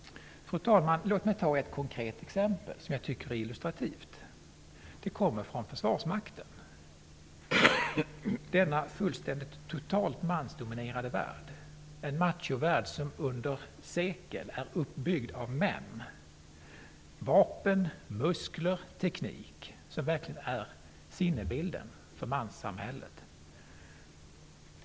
Fru talman! Låt mig ta ett konkret exempel som jag tycker är illustrativt. Exemplet kommer från försvarsmakten -- en totalt mansdominerad värld, en machovärld som under sekler har byggts upp av män. Den är uppbyggd av vapen, muskler och teknik, som verkligen är sinnebilden för manssamhället.